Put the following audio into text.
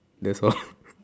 that's all